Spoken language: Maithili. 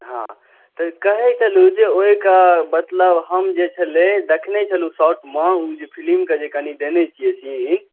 हँ तऽ कहै छलहुँ जे ओहिके मतलब हम जे छलै देखने छलहुँ साउथमे ओ जे फिलिमके जे कनि देने छिए सीन